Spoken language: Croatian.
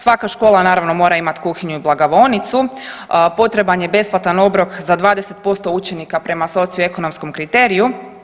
Svaka škola naravno mora imati kuhinju i blagovaonicu, potreban je besplatan obrok za 20% učenika prema socioekonomskom kriteriju.